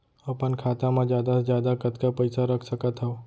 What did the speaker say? अपन खाता मा जादा से जादा कतका पइसा रख सकत हव?